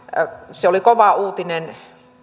se oli kova uutinen